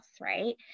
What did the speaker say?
right